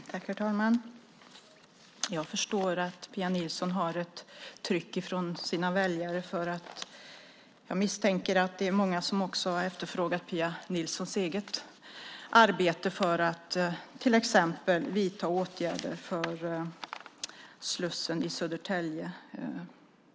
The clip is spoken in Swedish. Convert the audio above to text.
Herr talman! Jag förstår att Pia Nilsson har ett tryck från sina väljare, för jag misstänker att det är många som också har efterfrågat Pia Nilssons eget arbete för att till exempel vidta åtgärder för slussen i Södertälje.